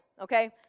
okay